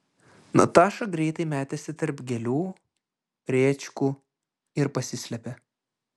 nataša greitai metėsi tarp gėlių rėčkų ir pasislėpė